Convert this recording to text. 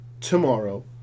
tomorrow